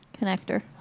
connector